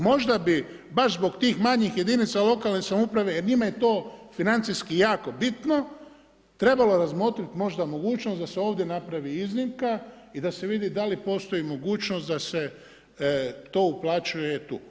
Možda bi baš zbog tih manjih jedinica lokalne samouprave, jer njima je to financijski jako bitno, trebalo razmotriti možda mogućnost da se ovdje napravi iznimka i da se vidi da li postoji mogućnost da se to uplaćuje tu.